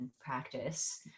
practice